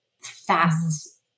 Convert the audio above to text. fast